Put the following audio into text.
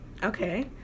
okay